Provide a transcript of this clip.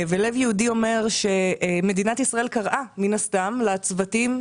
ולב יהודי אומר שמדינת ישראל קראה מן הסתם לצוותים,